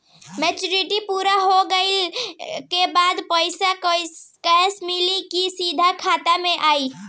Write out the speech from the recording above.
Maturity पूरा हो गइला के बाद पईसा कैश मिली की सीधे खाता में आई?